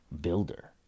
builder